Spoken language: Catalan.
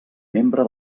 membre